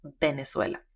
venezuela